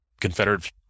Confederate